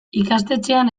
ikastetxean